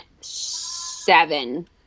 seven